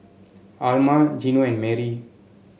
Alma Gino and Marie